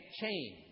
change